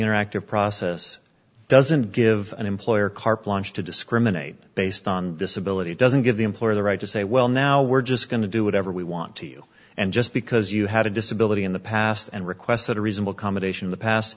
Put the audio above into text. interactive process does and give an employer carp lunch to discriminate based on this ability doesn't give the employer the right to say well now we're just going to do whatever we want to you and just because you had a disability in the past and requested a reasonable accommodation in the past